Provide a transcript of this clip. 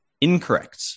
Incorrect